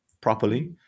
properly